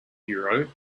bureau